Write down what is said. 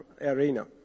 arena